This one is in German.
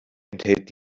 enthält